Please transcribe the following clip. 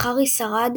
אך הארי שרד,